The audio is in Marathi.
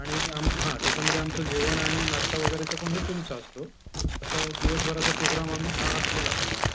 आणि आम हां त्याच्यामध्ये आमचं जेवण आणि नाश्ता वगैरेचं पण हे तुमचा असतो असं दिवसभराचा प्रोग्राम आम हा आखलेला असतो आपला